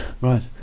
Right